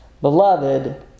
Beloved